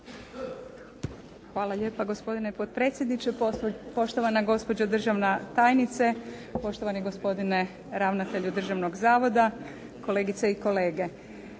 Štovani gospodine potpredsjedniče, štovana gospođo državna tajnice, štovani gospodine ravnatelju državnog zavoda, kolegice i kolege.